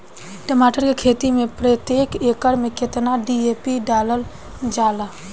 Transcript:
टमाटर के खेती मे प्रतेक एकड़ में केतना डी.ए.पी डालल जाला?